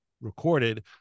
recorded